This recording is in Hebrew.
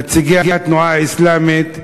ונציגי התנועה האסלאמית: